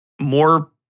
more